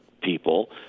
people